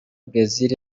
brezil